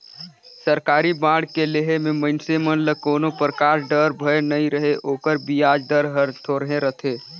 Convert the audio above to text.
सरकारी बांड के लेहे मे मइनसे मन ल कोनो परकार डर, भय नइ रहें ओकर बियाज दर हर थोरहे रथे